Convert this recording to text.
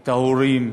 את ההורים,